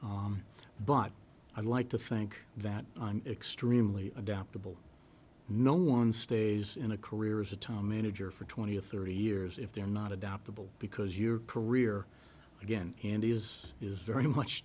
things but i like to think that i'm extremely adaptable no one stays in a career as a time manager for twenty or thirty years if they're not adoptable because your career again and is is very much